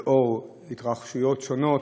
לנוכח התרחשויות שונות: